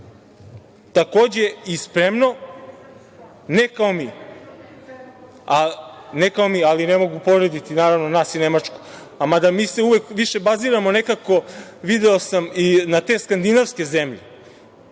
takođe i spremno, ali ne kao mi, ali ne mogu porediti naravno nas i Nemačku, mada mi se uvek više baziramo nekako, video sam na te Skandinavske zemlje,